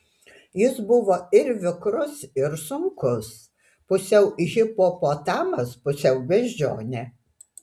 jis buvo ir vikrus ir sunkus pusiau hipopotamas pusiau beždžionė